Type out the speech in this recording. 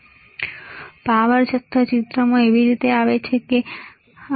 અને પછી આપણે એ પણ જાણવું જોઈએ કે DC પાવર જથ્થો શું છે પાવર જથ્થો ચિત્રમાં કેવી રીતે આવે છે બરાબર